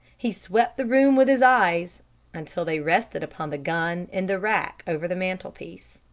he swept the room with his eyes until they rested upon the gun in the rack over the mantelpiece.